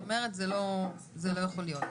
את אומרת, זה לא יכול להיות.